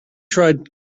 tried